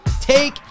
take